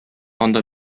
анда